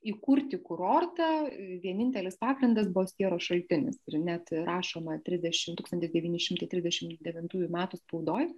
įkurti kurortą vienintelis pagrindas buvo sieros šaltinis ir net rašoma trisdešimt tūkstantis devyni šimtai trisdešim devintųjų metų spaudoj